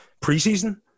preseason